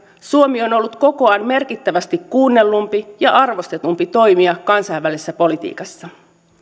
suomi on ollut kokoaan merkittävästi kuunnellumpi ja arvostetumpi toimija kansainvälisessä politiikassa